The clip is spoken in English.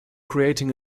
creating